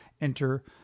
enter